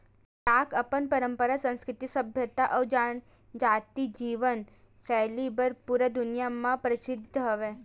लद्दाख अपन पंरपरा, संस्कृति, सभ्यता अउ जनजाति जीवन सैली बर पूरा दुनिया म परसिद्ध हवय